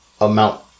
amount